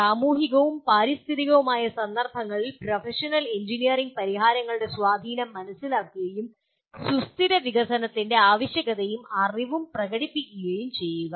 സാമൂഹികവും പാരിസ്ഥിതികവുമായ സന്ദർഭങ്ങളിൽ പ്രൊഫഷണൽ എഞ്ചിനീയറിംഗ് പരിഹാരങ്ങളുടെ സ്വാധീനം മനസിലാക്കുകയും സുസ്ഥിര വികസനത്തിന്റെ ആവശ്യകതയും അറിവും പ്രകടിപ്പിക്കുകയും ചെയ്യുക